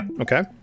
Okay